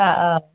অ অ